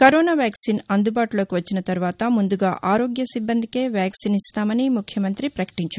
corona vaccine అందుబాటులోకి వచ్చిన తరువాత ముందుగా ఆరోగ్య సిబ్బందికే వ్యాక్సిన్ ఇస్తామని ముఖ్యమంతి ప్రపకటించారు